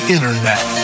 Internet